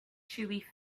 chewy